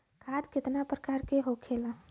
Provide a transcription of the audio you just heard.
खाद कितने प्रकार के होखेला?